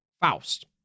Faust